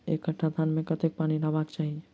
एक कट्ठा धान मे कत्ते पानि रहबाक चाहि?